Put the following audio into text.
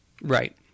Right